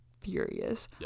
furious